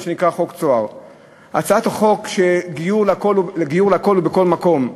מה שנקרא חוק "צהר"; הצעת החוק שגיור לכול ובכל מקום,